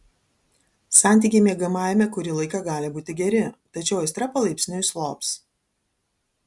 santykiai miegamajame kurį laiką gali būti geri tačiau aistra palaipsniui slops